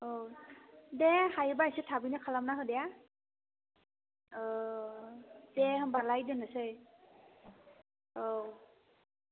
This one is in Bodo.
औ दे हायोब्ला एसे थाबैनो खालामना होदे औ दे होनबालाय दोननोसै औ